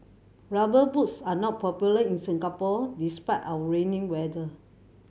Rubber Boots are not popular in Singapore despite our rainy weather